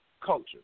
culture